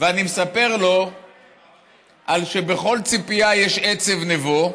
ואני מספר לו על שבכל ציפייה יש עצב נבו,